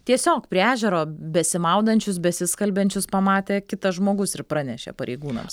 tiesiog prie ežero besimaudančius besiskelbiančius pamatė kitas žmogus ir pranešė pareigūnams